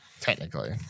technically